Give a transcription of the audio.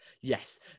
Yes